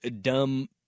dumb